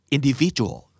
Individual